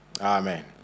Amen